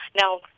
Now